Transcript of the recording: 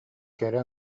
кэрэ